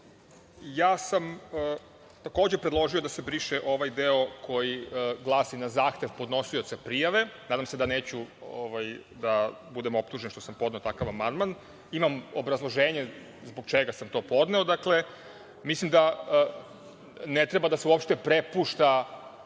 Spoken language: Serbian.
sam takođe predložio da se briše ovaj deo koji glasi – na zahtev podnosioca prijave. Nadam se da neću da budem optužen što sam podneo takav amandman. Imam obrazloženje zbog čega sam to podneo. Mislim da ne treba da se uopšte prepušta